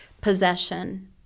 possession